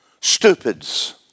stupids